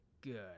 good